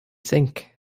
think